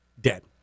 dead